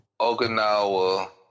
Okinawa